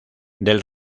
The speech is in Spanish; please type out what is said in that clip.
del